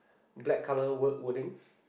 black colour word wording